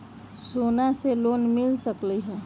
सोना से लोन मिल सकलई ह?